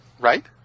right